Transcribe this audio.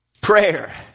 Prayer